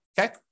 okay